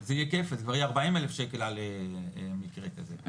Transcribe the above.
זה יהיה ארבעים אלף שקל על מקרה כזה.